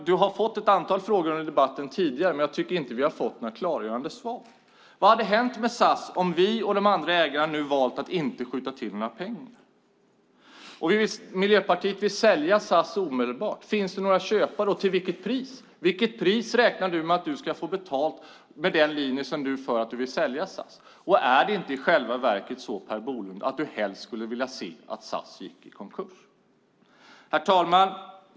Du har fått ett antal frågor tidigare under debatten, men jag tycker inte att vi har fått några klargörande svar. Vad hade hänt med SAS om vi och de andra ägarna nu valt att inte skjuta till några pengar? Miljöpartiet vill sälja SAS omedelbart. Finns det några köpare, och vilket pris räknar du med att du ska få betalt med den linje du valt för att vilja sälja SAS? Är det inte i själva verket så, Per Bolund, att du helst skulle vilja se att SAS gick i konkurs? Herr talman!